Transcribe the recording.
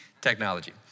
Technology